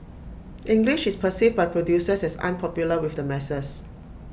English is perceived by producers as unpopular with the masses